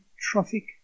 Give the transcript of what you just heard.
Trophic